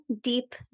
deep